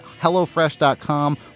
HelloFresh.com